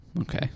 okay